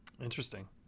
Interesting